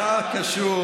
מה קשור